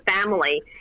family